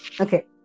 Okay